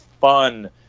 fun